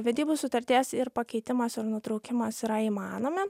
vedybų sutarties ir pakeitimas ir nutraukimas yra įmanomi